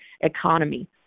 economy